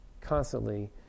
constantly